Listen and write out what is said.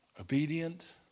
Obedient